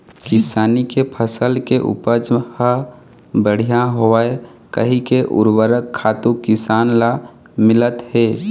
किसानी के फसल के उपज ह बड़िहा होवय कहिके उरवरक खातू किसान ल मिलत हे